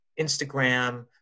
Instagram